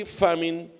famine